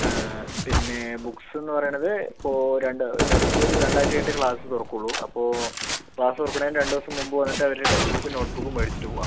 പിന്നെ ബുക്ക്സെന്നുപറയണത് ഇപ്പോൾ രണ്ട് എന്തായാലും ഇപ്പോൾ ഒരു രണ്ടാഴ്ച കഴിഞ്ഞിട്ടേ ക്ലാസ് തുറക്കുകയുള്ളു അപ്പോൾ ക്ലാസ് തുറക്കണേനു രണ്ടുദിവസം മുൻപ് വന്നിട്ട് അവരുടെ ടെക്സ്റ്റ്ബുക്കും നോട്ടുബുക്കും മേടിച്ചിട്ടുപോകാം